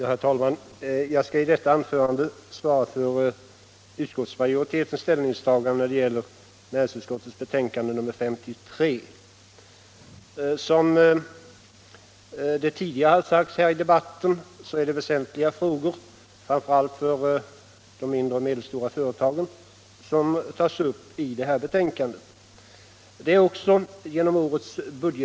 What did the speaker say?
Herr talman! Jag skall i detta anförande svara för utskottsmajoritetens ställningstaganden när det gäller näringsutskottets betänkande nr 53. Som tidigare sagts i debatten är det flera för de mindre och medelstora företagen väsentliga frågor som tas upp till behandling i detta betänkande.